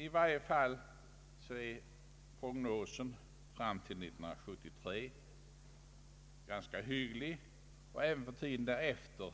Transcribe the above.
I varje fall är prognosen fram till 1973 ganska hygglig, och även för tiden därefter